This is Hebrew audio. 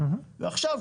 ועכשיו,